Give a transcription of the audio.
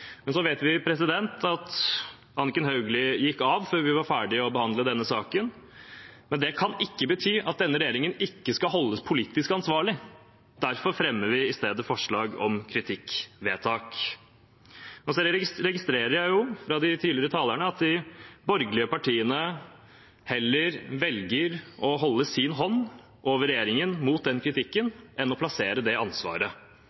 Så vet vi at Anniken Hauglie gikk av før vi var ferdig med å behandle denne saken, men det kan ikke bety at denne regjeringen ikke skal holdes politisk ansvarlig. Derfor fremmer vi i stedet forslag om kritikkvedtak. Så registrerer jeg fra de tidligere talerne at de borgerlige partiene heller velger å holde sin hånd over regjeringen mot den kritikken enn å plassere det ansvaret.